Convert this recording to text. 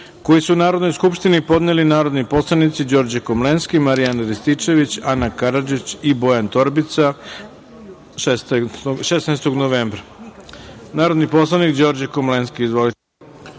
koji su Narodnoj skupštini podneli narodni poslanici Đorđe Komlenski, Marijan Rističević, Ana Karadžić i Bojan Torbica 16. novembra